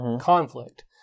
conflict